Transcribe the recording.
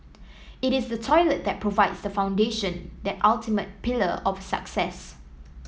it is the toilet that provides the foundation that ultimate pillar of success